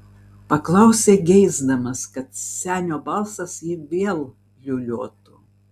paklausė geisdamas kad senio balsas jį vėl liūliuotų